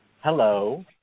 Hello